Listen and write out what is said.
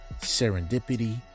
serendipity